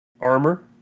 armor